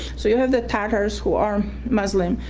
so you have the tartars, who are muslim.